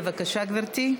בבקשה, גברתי.